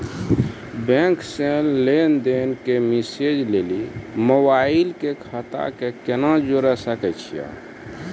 Bank से लेंन देंन के मैसेज लेली मोबाइल के खाता के केना जोड़े सकय छियै?